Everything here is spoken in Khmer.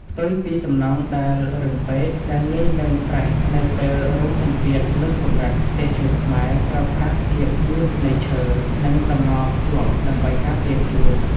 ផ្ទុយពីសំណង់ដែលរឹងពេក ដែលងាយនឹងប្រេះនៅពេលរងសម្ពាធលើសកម្រិត ផ្ទះឈើខ្មែរប្រើប្រាស់ភាពយឺតនៃឈើ និងតំណភ្ជាប់ដើម្បីការពារខ្លួន។